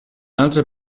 altre